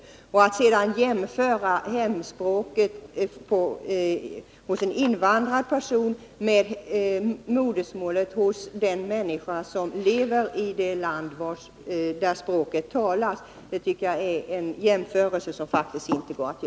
Till sist: Att på Alexander Chrisopoulos sätt likställa en invandrares hemspråksundervisning med modersmålsundervisningen för infödda svenskar i Sverige går inte.